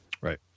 right